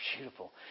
beautiful